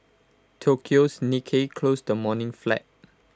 Tokyo's Nikkei closed the morning flat